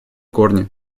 корни